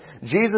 Jesus